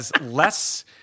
less